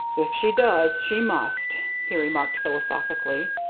if she does, she must, he remarked, philosophically,